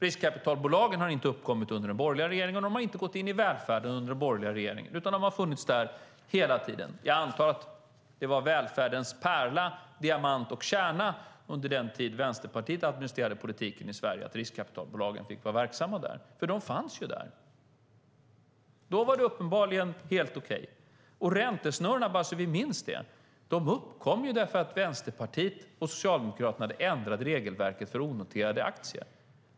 Riskkapitalbolagen har inte uppkommit under den borgerliga regeringen, och de har inte gått in i välfärden under den borgerliga regeringen. De har funnits där hela tiden. Jag antar att det var välfärdens pärla, diamant och kärna under den tid Vänsterpartiet administrerade politiken i Sverige att riskkapitalbolagen fick vara verksamma där, för de fanns ju där. Då var det uppenbarligen helt okej. Och räntesnurrorna - låt oss minnas det - uppkom ju därför att Vänsterpartiet och Socialdemokraterna hade ändrat i regelverket för onoterade aktier.